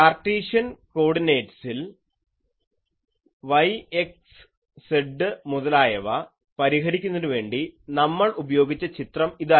Cartesian കോർഡിനേറ്റ്സിൽ y x z മുതലായവ പരിഹരിക്കുന്നതിനുവേണ്ടി നമ്മൾ ഉപയോഗിച്ച ചിത്രം ഇതായിരുന്നു